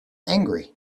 angry